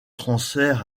transfert